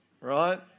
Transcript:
right